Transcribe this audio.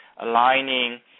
aligning